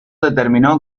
determinó